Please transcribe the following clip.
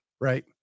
Right